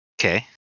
okay